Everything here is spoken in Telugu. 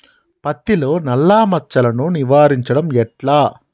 పత్తిలో నల్లా మచ్చలను నివారించడం ఎట్లా?